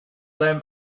them